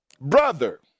Brother